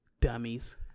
Dummies